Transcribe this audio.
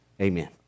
Amen